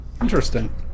Interesting